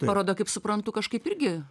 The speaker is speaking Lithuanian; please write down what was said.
paroda kaip suprantu kažkaip irgi